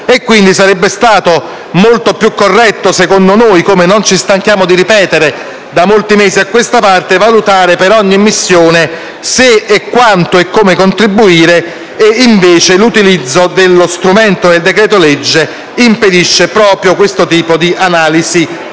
Quindi sarebbe stato molto più corretto secondo noi - come non ci stanchiamo di ripetere da molti mesi a questa parte - valutare per ogni missione se, quanto e come contribuire; invece l'utilizzo dello strumento del decreto-legge impedisce proprio questo tipo di analisi